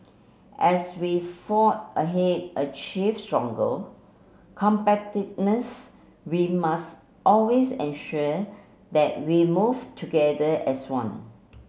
as we fore ahead achieve competitiveness we must always ensure that we move together as one